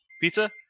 pizza